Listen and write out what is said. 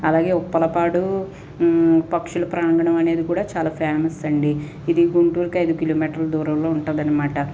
అలాగే ఉప్పలపాడు పక్షుల ప్రాంగణం అనేది కూడా చాలా ఫేమస్ అండి ఇది గుంటూరుకు ఐదు కిలోమీటర్ల దూరంలో ఉంటుంది అనమాట